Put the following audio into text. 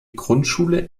grundschule